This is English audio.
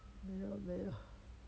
没有没有